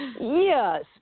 Yes